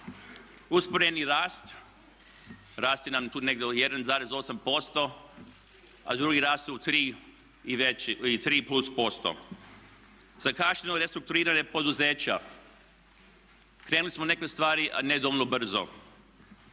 usporeni rast, rast nam je tu negdje od 1,8% a drugi rast od 3 plus posto. Zakašnjelo restrukturiranje poduzeća. Krenuli smo u neke stvari nedovoljno brzo.